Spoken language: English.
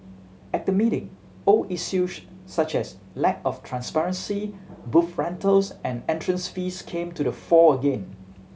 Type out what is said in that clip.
at the meeting old issues such as lack of transparency booth rentals and entrance fees came to the fore again